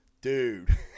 Dude